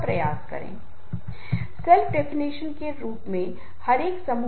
दूसरों को क्या प्रेरित करेगा